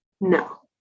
no